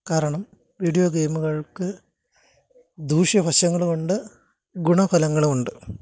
കാരണം വീഡിയോ ഗെയിമുകള്ക്ക് ദൂഷ്യ വശങ്ങളുമുണ്ട് ഗുണ ഫലങ്ങളുമുണ്ട്